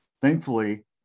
thankfully